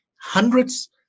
hundreds